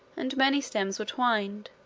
and many stems were twined,